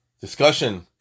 discussion